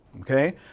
okay